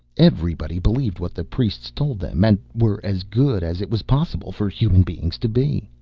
everybody believed what the priests told them and were as good as it was possible for human beings to be.